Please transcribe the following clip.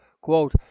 quote